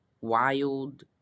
Wild